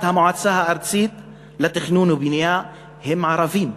המועצה הארצית לתכנון ובנייה שהם ערבים.